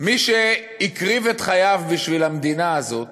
מי שהקריב את חייו בשביל המדינה הזאת